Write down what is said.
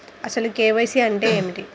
అసలు కే.వై.సి అంటే ఏమిటి?